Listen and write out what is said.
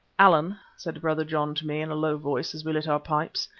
allan, said brother john to me in a low voice as we lit our pipes,